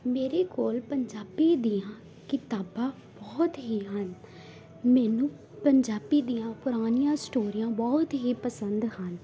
ਮੇਰੇ ਕੋਲ ਪੰਜਾਬੀ ਦੀਆਂ ਕਿਤਾਬਾਂ ਬਹੁਤ ਹੀ ਹਨ ਮੈਨੂੰ ਪੰਜਾਬੀ ਦੀਆਂ ਪੁਰਾਣੀਆਂ ਸਟੋਰੀਆਂ ਬਹੁਤ ਹੀ ਪਸੰਦ ਹਨ